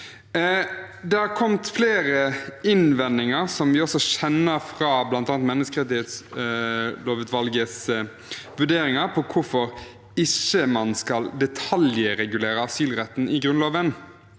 Det har kommet flere innvendinger, som vi også kjenner fra bl.a. menneskerettighetsutvalgets vurderinger, om hvorfor man ikke skal detaljregulere asylretten i Grunnloven.